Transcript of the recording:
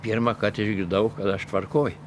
pirmąkart išgirdau kad aš tvarkoj